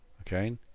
Okay